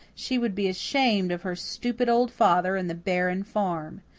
she would be ashamed of her stupid old father and the barren farm.